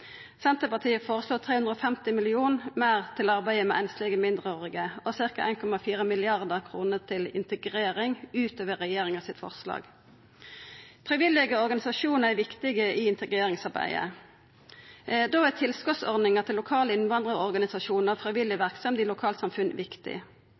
Senterpartiet føreslår 350 mill. kr meir til arbeidet med einslege mindreårige, og ca. 1,4 mrd. kr til integrering ut over regjeringas forslag. Frivillige organisasjonar er viktige i integreringsarbeidet. Da er tilskotsordninga til lokale innvandrarorganisasjonar og frivillig